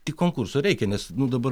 tik konkurso reikia nes nu dabar